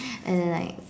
and then like